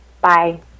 Bye